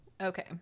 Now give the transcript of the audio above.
Okay